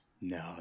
No